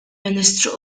ministru